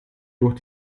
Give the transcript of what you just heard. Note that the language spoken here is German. durch